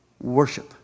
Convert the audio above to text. worship